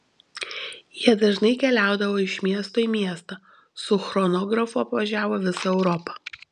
jie dažnai keliaudavo iš miesto į miestą su chronografu apvažiavo visą europą